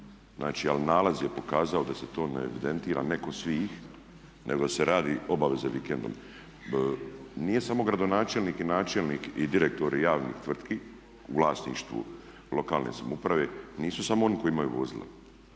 Ali nalaz je pokazao da se to ne evidentira, ne kod svih, nego da se radi obaveze vikendom. Nije samo gradonačelnik i načelnik i direktori javnih tvrtki u vlasništvu lokalne samouprave nisu samo oni koji imaju vozila,